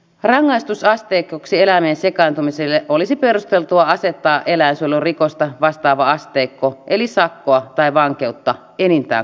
rangaistusasteikoksi eläimeen sekaantumiselle olisi perusteltua asettaa eläinsuojelurikosta vastaava asteikko eli sakkoa tai vankeutta enintään kaksi vuotta